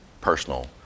personal